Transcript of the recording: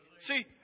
See